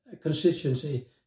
constituency